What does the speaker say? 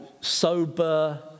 sober